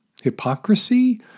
Hypocrisy